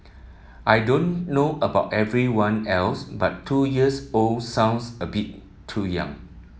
I don't know about everyone else but two years old sounds a bit too young